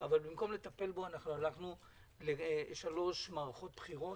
אבל במקום לטפל בו הלכנו לשלוש מערכות בחירות,